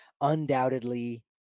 undoubtedly